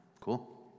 Cool